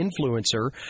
influencer